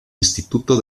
instituto